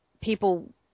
people